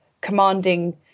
commanding